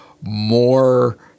more